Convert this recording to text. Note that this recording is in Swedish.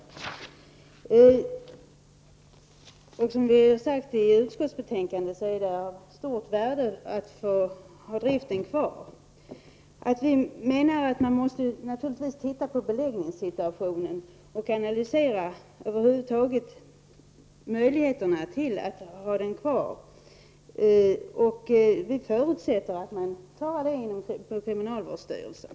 Som det är sagt i utskottsbetänkandet, är det av stort värde att fortsätta driften, men vi menar att man naturligtvis måste titta på beläggningssituationen och analysera möjligheterna över huvud taget att ha anstalten kvar. Vi förutsätter att man klarar det på kriminalvårdsstyrelsen.